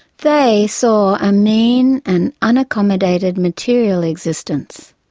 they saw a mean and unaccommodated material existence,